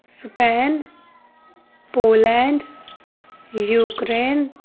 Spain Poland Ukraine